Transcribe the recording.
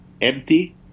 empty